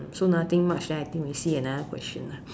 hmm so nothing much then I think we see another question lah